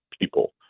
people